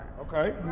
Okay